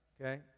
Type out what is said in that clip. okay